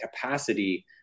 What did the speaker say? capacity